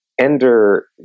Ender